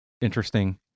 interesting